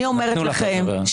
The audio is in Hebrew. נתנו לך לדבר.